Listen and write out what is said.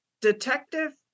Detective